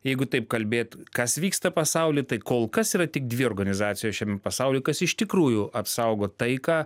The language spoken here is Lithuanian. jeigu taip kalbėt kas vyksta pasauly tai kol kas yra tik dvi organizacijos šiame pasauly kas iš tikrųjų apsaugo taiką